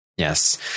Yes